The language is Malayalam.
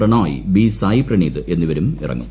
പ്രണോയ് ബി സായ് പ്രണീത് എന്നിവരും ഇറങ്ങും